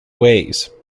ways